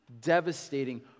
devastating